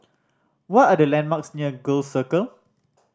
what are the landmarks near Gul Circle